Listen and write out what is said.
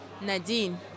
Nadine